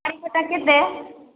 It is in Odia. ଟା କେତେ